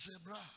zebra